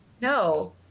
No